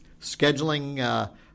scheduling